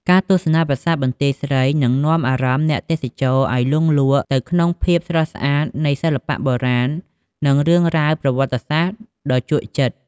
ការទស្សនាប្រាសាទបន្ទាយស្រី នឹងនាំអារម្មណ៍អ្នកទេសចរណ៍ឲ្យលង់លក់ទៅក្នុងភាពស្រស់ស្អាតនៃសិល្បៈបុរាណ និងរឿងរ៉ាវប្រវត្តិសាស្ត្រដ៏ជក់ចិត្ត។